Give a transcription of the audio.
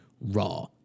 raw